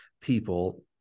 people